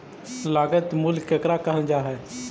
लागत मूल्य केकरा कहल जा हइ?